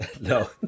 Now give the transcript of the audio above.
No